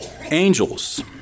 Angels